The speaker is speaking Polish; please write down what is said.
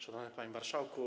Szanowny Panie Marszałku!